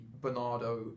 Bernardo